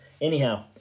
anyhow